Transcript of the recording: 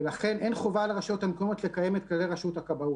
ולכן אין חובה לרשויות המקומיות לקיים את כללי רשות הכבאות.